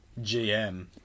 GM